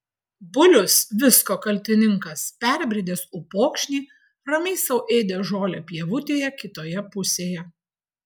bulius visko kaltininkas perbridęs upokšnį ramiai sau ėdė žolę pievutėje kitoje pusėje